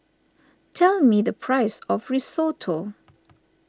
tell me the price of Risotto